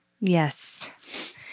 Yes